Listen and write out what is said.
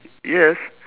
yes